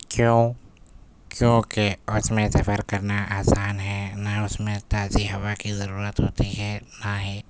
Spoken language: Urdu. کیوں کیونکہ اس میں سفر کرنا آسان ہے نہ اس میں تازی ہوا کی ضرورت ہوتی ہے نہ ہی